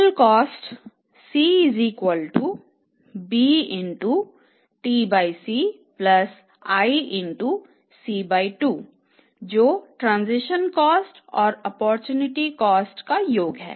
total cost C bTC iC2 जो transaction cost है